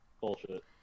Bullshit